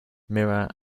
mirror